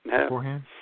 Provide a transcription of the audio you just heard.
beforehand